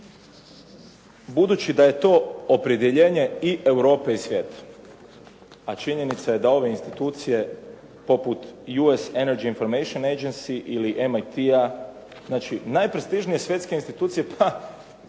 budući da je to opredjeljenje i Europe i svijeta a činjenica da ove institucije poput US Energy information agency ili MIT-a, znači najprestižnije svjetske institucije pa